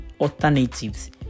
alternatives